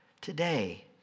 Today